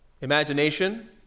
Imagination